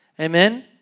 Amen